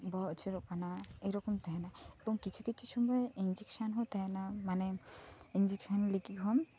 ᱵᱚᱦᱚᱜ ᱟᱪᱩᱨᱚᱜ ᱠᱟᱱᱟ ᱮᱭᱨᱚᱠᱚᱢ ᱛᱟᱦᱮᱸᱱᱟ ᱮᱵᱚᱝ ᱠᱤᱪᱷᱩ ᱠᱤᱪᱷᱩ ᱥᱩᱢᱟᱹᱭ ᱤᱧᱡᱮᱠᱥᱮᱱ ᱦᱚᱸ ᱛᱟᱦᱮᱸᱱᱟ ᱢᱟᱱᱮ ᱤᱧᱡᱮᱠᱥᱮᱱ ᱞᱟᱜᱤᱜ ᱦᱚᱸᱢ